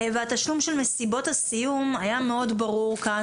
והתשלום של מסיבות הסיום היה מאד ברור כאן.